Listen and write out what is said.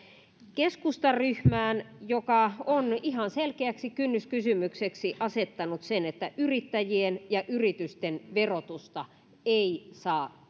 keskustan ryhmään joka on ihan selkeäksi kynnyskysymykseksi asettanut sen että yrittäjien ja yritysten verotusta ei saa